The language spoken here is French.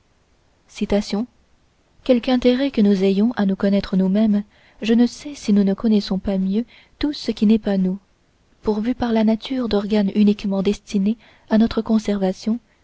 quelque intérêt que nous ayons à nous connaître nous-mêmes je ne sais si nous ne connaissons pas mieux tout ce qui n'est pas nous pourvus par la nature d'organes uniquement destinés à notre conservation